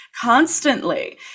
constantly